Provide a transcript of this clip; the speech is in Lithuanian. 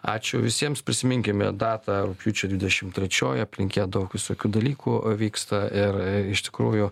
ačiū visiems prisiminkime datą rugpjūčio dvidešim trečioji aplink ją daug visokių dalykų vyksta ir iš tikrųjų